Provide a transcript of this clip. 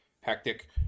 hectic